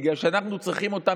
בגלל שאנחנו צריכים אותם,